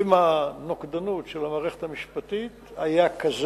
עם הנוקדנות של המערכת המשפטית, היתה,